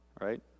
right